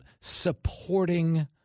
supporting